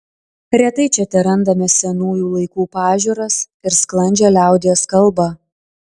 retai čia terandame senųjų laikų pažiūras ir sklandžią liaudies kalbą